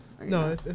no